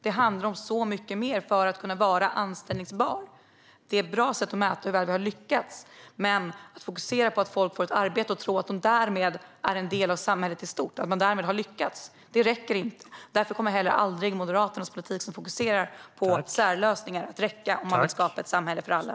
Det handlar om så mycket mer för att någon ska vara anställbar. Det är ett bra sätt att mäta hur väl vi har lyckats, men att fokusera på att folk får ett arbete och tro att de därmed är en del av samhället i stort - att man därmed har lyckats - räcker inte. Därför kommer heller aldrig Moderaternas politik, som fokuserar på särlösningar, att räcka om vi vill skapa ett samhälle för alla.